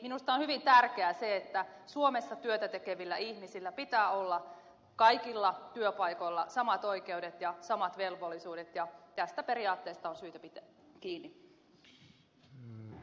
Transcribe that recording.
minusta on hyvin tärkeää se että suomessa työtä tekevillä ihmisillä pitää olla kaikilla työpaikoilla samat oikeudet ja samat velvollisuudet ja tästä periaatteesta on syytä pitää kiinni